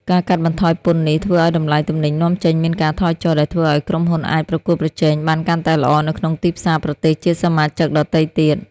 ការកាត់បន្ថយពន្ធនេះ ធ្វើឲ្យតម្លៃទំនិញនាំចេញមានការថយចុះ ដែលធ្វើឲ្យក្រុមហ៊ុនអាចប្រកួតប្រជែងបានកាន់តែល្អនៅក្នុងទីផ្សារប្រទេសជាសមាជិកដទៃទៀត។